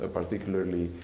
particularly